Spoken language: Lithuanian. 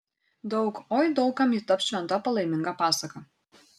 daug oi daug kam ji taps šventa palaiminga pasaka